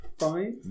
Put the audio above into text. five